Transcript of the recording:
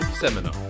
Seminar